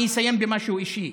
אני אסיים במשהו אישי,